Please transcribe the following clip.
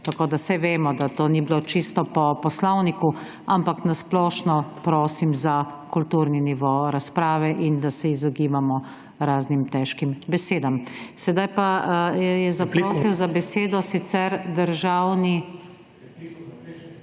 Saj vemo, da to ni bilo čisto po Poslovniku, ampak na splošno prosim za kulturni nivo razprave in da se izogibamo raznim težkih besedam. Sedaj pa je zaprosil za besedo sicer državni…